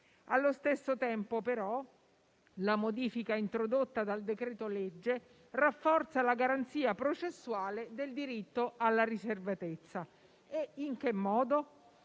Allo stesso tempo, però, la modifica introdotta dal decreto-legge rafforza la garanzia processuale del diritto alla riservatezza e in che modo?